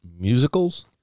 musicals